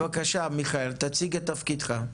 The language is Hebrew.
בבקשה מיכאל תציג את תפקידך.